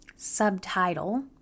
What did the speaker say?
subtitle